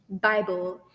Bible